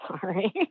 Sorry